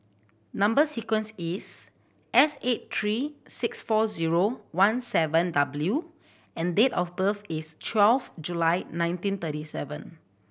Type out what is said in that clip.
number sequence is S eight three six four zero one seven W and date of birth is twelve July nineteen thirty seven